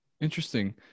Interesting